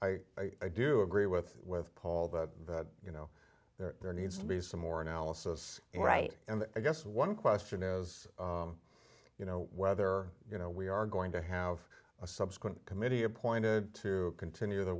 but i i do agree with with paul that you know there needs to be some more analysis right and i guess one question is you know whether you know we are going to have a subsequent committee appointed to continue the